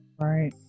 Right